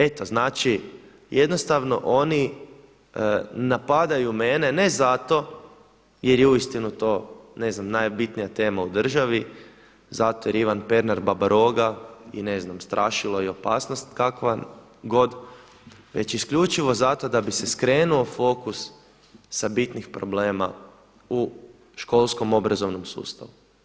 Eto znači jednostavno oni napadaju mene, ne zato jer je uistinu to, ne znam najbitnija tema u državi, zato jer je Ivan Pernar babaroga i strašilo i opasnost kakva god, već isključivo zato da bi se skrenuo fokus sa bitnih problema u školskom obrazovnom sustavu.